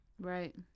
Right